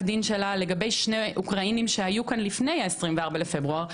דין שלה לגבי שני אוקראינים שהיו כאן לפני ה-24 לפברואר.